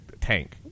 tank